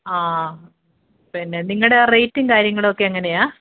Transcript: പിന്നെ നിങ്ങളുടെ റേറ്റും കാര്യങ്ങളുമൊക്കെ എങ്ങനെയാണ്